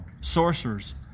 sorcerers